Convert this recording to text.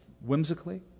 whimsically